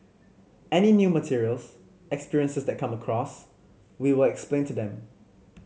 any new materials experiences that come across we will explain to them